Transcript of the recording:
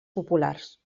populars